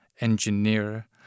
engineer